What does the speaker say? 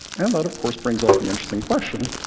and that, of course, brings up the interesting question